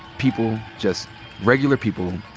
people, just regular people,